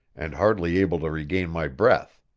and hardly able to regain my breath.